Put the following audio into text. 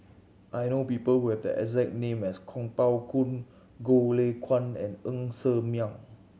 I know people who have the exact name as Kuo Pao Kun Goh Lay Kuan and Ng Ser Miang